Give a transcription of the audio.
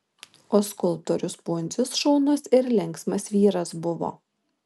o skulptorius pundzius šaunus ir linksmas vyras buvo